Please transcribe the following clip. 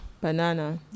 Banana